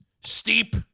Steep